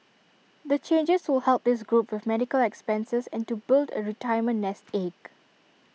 the changes will help this group with medical expenses and to build A retirement nest egg